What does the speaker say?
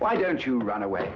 why don't you run away